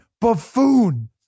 buffoon